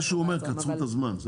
הוא אומר שתקצרו את הזמן.